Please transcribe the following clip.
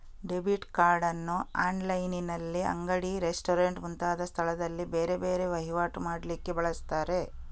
debit card ಅನ್ನು ಆನ್ಲೈನಿನಲ್ಲಿ, ಅಂಗಡಿ, ರೆಸ್ಟೋರೆಂಟ್ ಮುಂತಾದ ಸ್ಥಳದಲ್ಲಿ ಬೇರೆ ಬೇರೆ ವೈವಾಟು ಮಾಡ್ಲಿಕ್ಕೆ ಬಳಸ್ತಾರೆ